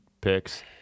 picks